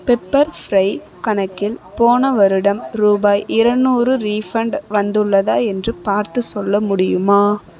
pepper fry கணக்கில் போன வருடம் ரூபாய் இரநூறு ரீஃபண்ட் வந்துள்ளதா என்று பார்த்துச் சொல்ல முடியுமா